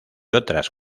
otras